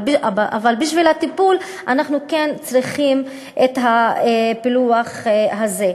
אבל בשביל הטיפול אנחנו כן צריכים את הפילוח הזה.